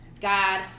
God